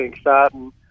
starting